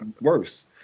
worse